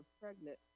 pregnant